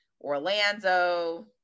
Orlando